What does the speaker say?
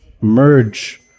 merge